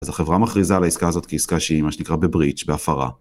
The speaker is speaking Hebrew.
אז החברה מכריזה על העסקה הזאת כעסקה שהיא, מה שנקרא, בבריץ', בהפרה.